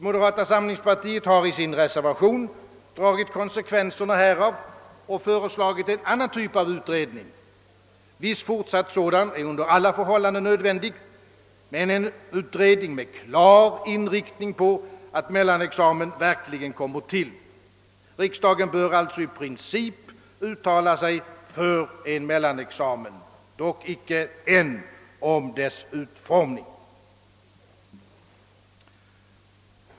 Moderata samlingspartiet har i reservationen 3 dragit konsekvenserna av denna uppfattning och föreslagit en an nan typ av utredning — viss fortsatt sådan är under alla förhållanden nödvändig — med klar inriktning på att en mellanexamen verkligen kommer till. Riksdagen bör alltså i princip uttala sig för en mellanexamen, dock inte än om dess utformning.